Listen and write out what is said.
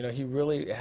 he really had,